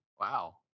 Wow